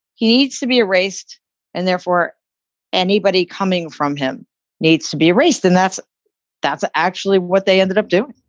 he needs to be erased and therefore anybody coming from him needs to be erased, and that's that's actually what they ended up doing